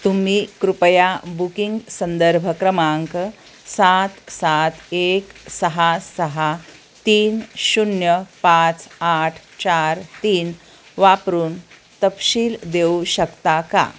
तुम्ही कृपया बुकिंग संदर्भ क्रमांक सात सात एक सहा सहा तीन शून्य पाच आठ चार तीन वापरून तपशील देऊ शकता का